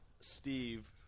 Steve